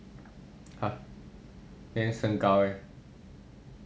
then 身高 leh